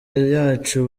yacu